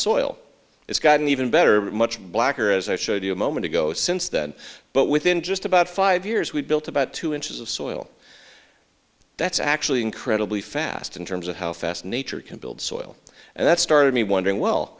soil it's gotten even better much blacker as i showed you a moment ago since then but within just about five years we've built about two inches of soil that's actually incredibly fast in terms of how fast nature can build soil and that started me wondering well